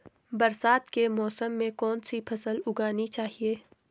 बरसात के मौसम में कौन सी फसल उगानी चाहिए?